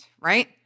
right